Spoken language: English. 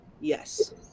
Yes